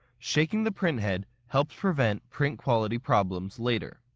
shaking the print head helps prevent print quality problems later.